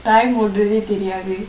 time ஒடுரதே தெரியாது:odrathe theriyaathu